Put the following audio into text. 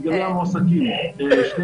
לגבי המועסקים, שני